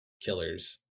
killers